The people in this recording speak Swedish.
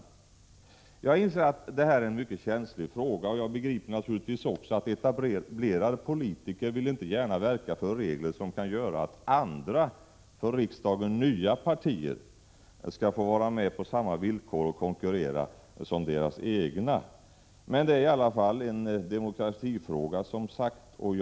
E Om riksradions och te Jag inser att detta är en mycket känslig fråga. Naturligtvis begriper jag SS Ä 3 fara är : je levisionens bevakning också att etablerade politiker inte gärna vill verka för regler som kan göra att Då Ä av de politiska partier nya partier i riksdagen kan få vara med och konkurrera på samma villkor som deras egna partier. Det är i alla fall en fråga om demokrati.